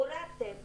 הורדתם,